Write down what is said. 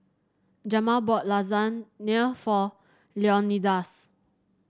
Jamal bought Lasagne for Leonidas